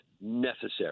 necessary